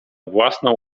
własną